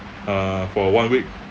uh for one week